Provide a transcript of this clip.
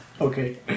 Okay